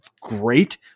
great